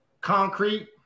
Concrete